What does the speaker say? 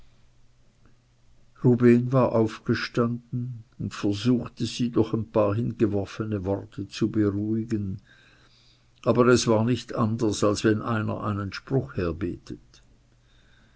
war aufgestanden und versuchte sie durch ein paar hingeworfene worte zu beruhigen aber es war nicht anders wie wenn einer einen spruch herbetet